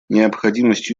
необходимость